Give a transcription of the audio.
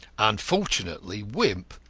unfortunately, wimp,